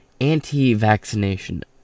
anti-vaccination